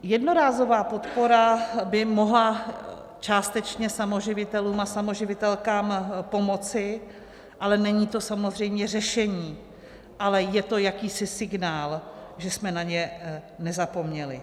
Jednorázová podpora by mohla částečně samoživitelům a samoživitelkám pomoci, ale není to samozřejmě řešení, ale je to jakýsi signál, že jsme na ně nezapomněli.